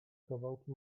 kawałki